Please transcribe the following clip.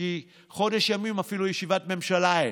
חודש ימים אפילו ישיבת ממשלה אין.